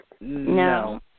No